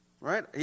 Right